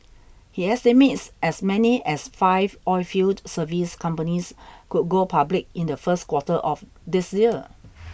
he estimates as many as five oilfield service companies could go public in the first quarter of this year